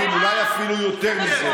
של בני מיעוטים, אולי אפילו יותר מזה,